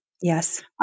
Yes